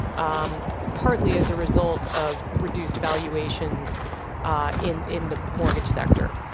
um partly as a result of reduced valuations ah in in the mortgage sector.